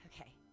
Okay